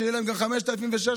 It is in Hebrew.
שיהיה להם גם 5,000 ו-6,000,